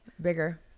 bigger